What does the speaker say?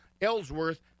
Ellsworth